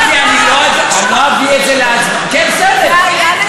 וכולם מחאו כפיים, איזה רעיון מצוין.